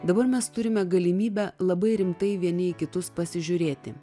dabar mes turime galimybę labai rimtai vieni į kitus pasižiūrėti